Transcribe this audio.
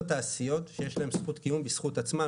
תעשיות שיש להן זכות קיום בזכות עצמן,